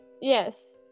Yes